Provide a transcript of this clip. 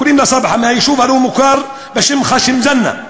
קוראים לה סבחה מהיישוב הלא-מוכר בשם ח'שם-זנה,